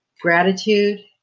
Gratitude